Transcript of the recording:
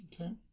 okay